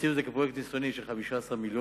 עשינו את זה כפרויקט ניסיוני של 15 מיליון,